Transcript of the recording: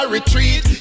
Retreat